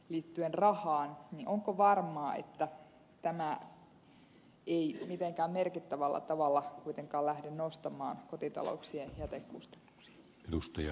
onko varmaa että tämä ei mitenkään merkittävällä tavalla kuitenkaan lähde nostamaan kotitalouksien jätekustannuksia